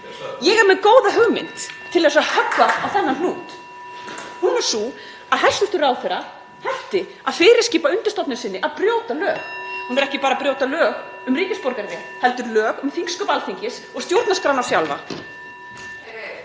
Ég er með góða hugmynd til að höggva á þennan hnút. Hún er sú að hæstv. ráðherra hætti að fyrirskipa undirstofnun sinni að brjóta lög. (Forseti hringir.) Hún er ekki bara að brjóta lög um ríkisborgararétt heldur lög um þingsköp Alþingis og stjórnarskrána sjálfa.